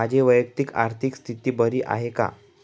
माझी वैयक्तिक आर्थिक स्थिती बरी आहे का?